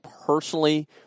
personally